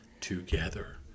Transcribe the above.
together